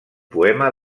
poema